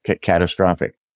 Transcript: catastrophic